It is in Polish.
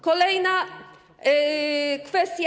Kolejna kwestia.